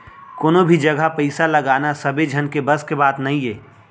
कोनो भी जघा पइसा लगाना सबे झन के बस के बात नइये